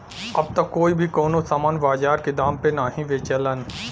अब त कोई भी कउनो सामान बाजार के दाम पे नाहीं बेचलन